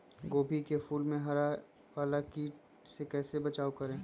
गोभी के फूल मे हरा वाला कीट से कैसे बचाब करें?